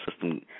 system